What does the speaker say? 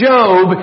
Job